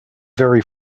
very